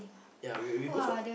ya we'll we'll go for